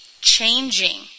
changing